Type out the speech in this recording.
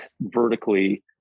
vertically